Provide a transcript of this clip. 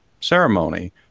ceremony